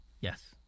Yes